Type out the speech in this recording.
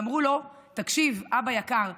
ואמרו לו: תקשיב, אבא יקר,